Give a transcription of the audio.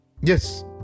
Yes